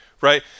Right